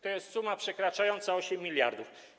To jest suma przekraczająca 8 mld.